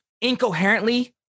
incoherently